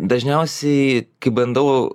dažniausiai kai bandau